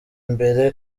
imbere